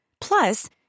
Plus